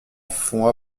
font